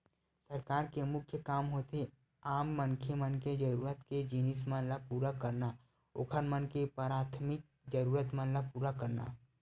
सरकार के मुख्य काम होथे आम मनखे मन के जरुरत के जिनिस मन ल पुरा करना, ओखर मन के पराथमिक जरुरत मन ल पुरा करना